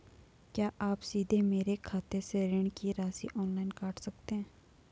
क्या आप सीधे मेरे खाते से ऋण की राशि ऑनलाइन काट सकते हैं?